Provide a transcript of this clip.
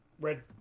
red